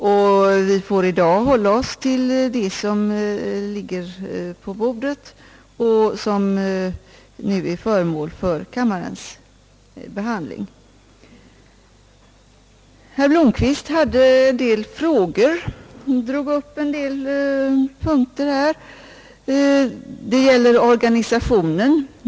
I dag bör vi hålla oss till det ärende som nu är föremål för kammarens behandling. Herr Blomquist tog upp frågor om organisationen.